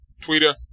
Twitter